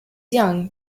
young